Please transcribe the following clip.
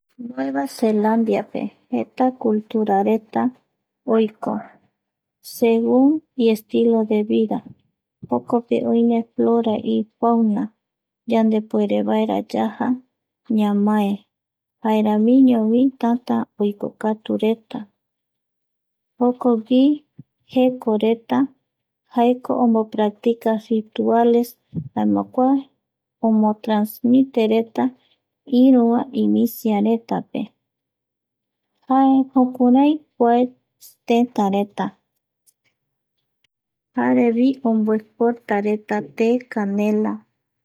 Cultura sri lanka kua cultura mopeti tëtaguaju jetayae joko mbae imiari mbae, mbaepe jare jetayae jaereta itumpavi, guirovia judismore, kua tëtape jaeko oikokatuyaereta jare guinoireta influencia colonial, monumento jeta guinoireta opaete jokuareta jaereta omboete jare omomiratavi iareta mbae actividad oyapoyave